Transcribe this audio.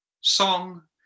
song